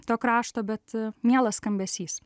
to krašto bet mielas skambesys